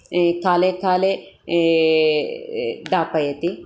काले काले दापयति